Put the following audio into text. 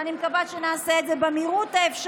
ואני מקווה שנעשה את זה במהירות האפשרית